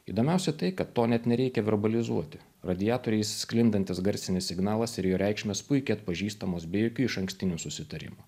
įdomiausia tai kad to net nereikia verbalizuoti radiatoriais sklindantis garsinis signalas ir jo reikšmės puikiai atpažįstamos be jokių išankstinių susitarimų